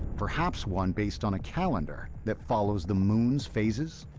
perhaps one based on a calendar that follows the moon's phases?